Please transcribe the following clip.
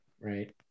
right